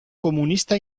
comunista